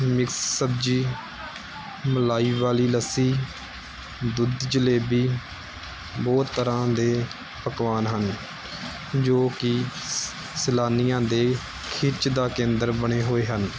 mix ਸਬਜ਼ੀ ਮਲਾਈ ਵਾਲੀ ਲੱਸੀ ਦੁੱਧ ਜਲੇਬੀ ਬਹੁਤ ਤਰ੍ਹਾਂ ਦੇ ਪਕਵਾਨ ਹਨ ਜੋ ਕਿ ਸੈਲਾਨੀਆਂ ਦੇ ਖਿੱਚ ਦਾ ਕੇਂਦਰ ਬਣੇ ਹੋਏ ਹਨ